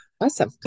Awesome